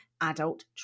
adult